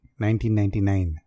1999